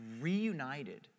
reunited